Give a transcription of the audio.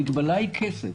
המגבלה היא כסף,